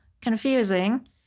confusing